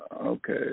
Okay